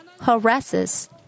harasses